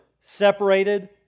separated